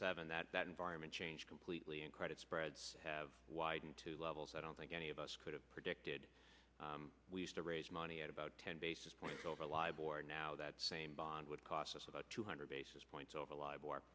seven that that environment changed completely and credit spreads have widened to levels i don't think any of us could have predicted we used to raise money at about ten basis points over live or now that same bond would cost us about two hundred basis points over live